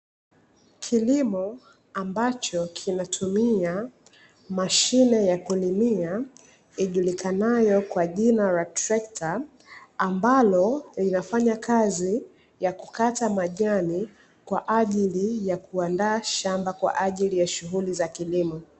Kilimo ambacho kinatumia mashine ya kulimia ijulikanayo kwa jina la trekta ambalo linafanya kazi ya kukata majani kwa ajili ya kuandaa shamba kwa ajili ya shughuli za kilimo.